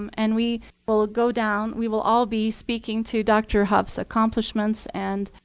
um and we will go down we will all be speaking to dr. hough's accomplishments and